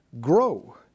grow